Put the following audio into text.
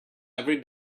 every